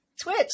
Twitch